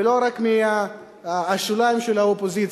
ולא רק מהשוליים של האופוזיציה.